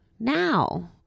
Now